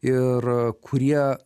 ir kurie